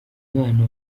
umwana